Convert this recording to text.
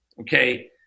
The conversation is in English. Okay